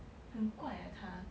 很怪 leh 他